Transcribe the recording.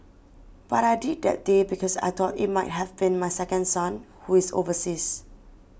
but I did that day because I thought it might have been my second son who is overseas